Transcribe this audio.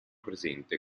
presente